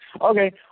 Okay